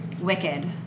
Wicked